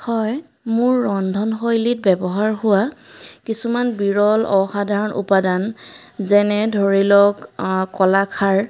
হয় মোৰ ৰন্ধন শৈলীত ব্যৱহাৰ হোৱা কিছুমান বিৰল অসাধাৰণ উপাদান যেনে ধৰি লওক কলাখাৰ